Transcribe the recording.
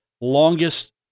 longest